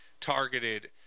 targeted